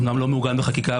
אומנם לא מעוגן בחקיקה,